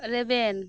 ᱨᱮᱵᱮᱱ